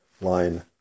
line